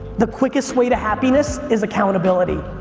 the quickest way to happiness is accountability.